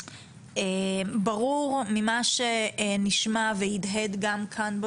ברור ממה שנשמע והדהד גם כאן,